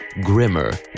Grimmer